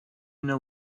know